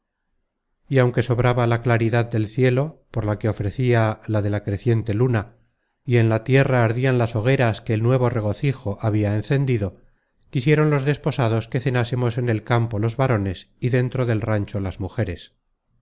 y aunque sobraba la claridad del cielo por la que ofrecia la de la creciente luna y en la tierra ardian las hogueras que el nuevo regocijo habia encendido quisieron los desposados que cenásemos en el campo los varones y dentro del rancho las inujeres